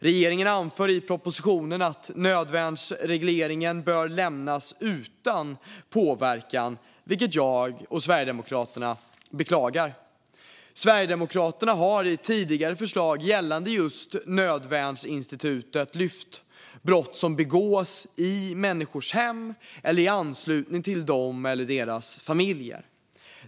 Regeringen anför i propositionen att nödvärnsregleringen bör lämnas utan påverkan, vilket jag och Sverigedemokraterna beklagar. Sverigedemokraterna har i tidigare förslag gällande just nödvärnsinstitutet lyft fram brott som begås i människors hem eller i anslutning till dem eller deras familjer.